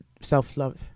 self-love